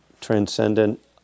transcendent